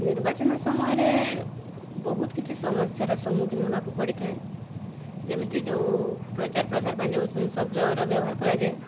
ନିର୍ବାଚନ ସମୟରେ ବହୁତ କିଛି ସମସ୍ୟାର ସମ୍ମୁଖୀନ ହେବାକୁ ପଡ଼ିଥାଏ ଯେମିତି ଯେଉଁ ପ୍ରଚାର ପ୍ରସାର ପାଇଁ ଯେଉଁ ଶଦ୍ଦର ବ୍ୟବହାର କରାଯାଏ